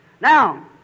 Now